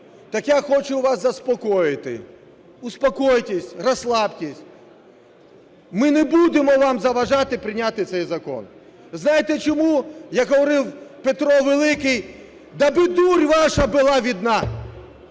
Так я хочу вас заспокоїти: успокойтесь, расслабьтесь, ми не будемо вам заважати прийняти цей закон. Знаєте чому? Як говорив Петро Великий: "Дабы дурь ваша была видна".